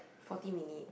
forty minute